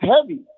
heavy